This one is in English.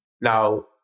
Now